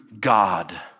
God